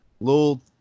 little